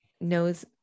knows